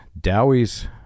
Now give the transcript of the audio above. Dowie's